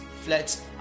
floods